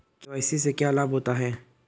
KYC से क्या लाभ होता है?